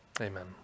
Amen